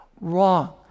Wrong